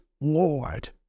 Lord